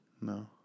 No